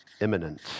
imminent